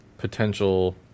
potential